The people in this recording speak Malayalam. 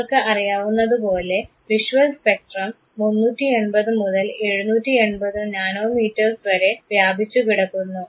നിങ്ങൾക്ക് അറിയാവുന്നതുപോലെ വിഷ്വൽ സ്പെക്ട്രം 380 മുതൽ 780 നാനോമീറ്റർസ് വരെ വ്യാപിച്ചു കിടക്കുന്നു